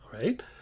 right